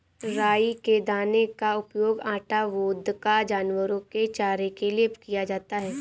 राई के दाने का उपयोग आटा, वोदका, जानवरों के चारे के लिए किया जाता है